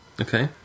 Okay